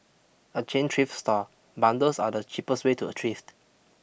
a chain thrift store bundles are the cheapest way to a thrift